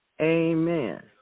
Amen